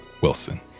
Wilson